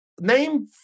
Name